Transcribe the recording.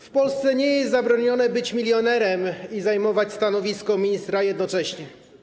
W Polsce nie jest zabronione być milionerem i zajmować stanowisko ministra jednocześnie.